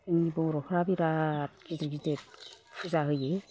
जोंनि बर'फोरा बिराद गिदिर गिदिर फुजा होयो